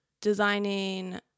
designing